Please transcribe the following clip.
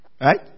Right